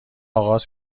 آغاز